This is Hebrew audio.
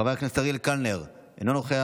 חברת הכנסת מיכל שיר סגמן, אינה נוכחת,